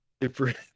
different